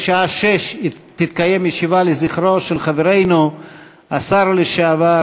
בשעה 18:00 תתקיים ישיבה לזכרו של חברנו השר לשעבר,